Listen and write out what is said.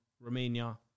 Romania